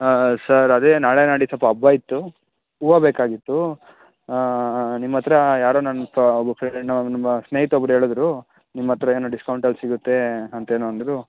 sir ಅದೇ ನಾಳೆ ನಾಡಿದ್ದು ಸ್ವಲ್ಪ ಹಬ್ಬ ಇತ್ತು ಹೂವು ಬೇಕಾಗಿತ್ತು ನಿಮ್ಮ ಹತ್ರ ಯಾರೋ ನನ್ನ ಫ ಒಬ್ಬ ಫ್ರೆಂಡ್ ನಮ್ಮ ಸ್ನೇಹಿತ ಒಬ್ಬರು ಹೇಳಿದ್ರು ನಿಮ್ಮ ಹತ್ರ ಏನೋ ಡಿಸ್ಕೌಂಟಲ್ಲಿ ಸಿಗುತ್ತೆ ಅಂತೇನೊ ಅಂದರು